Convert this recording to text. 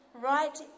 Right